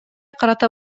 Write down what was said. карата